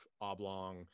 oblong